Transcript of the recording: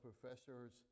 professors